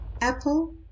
Apple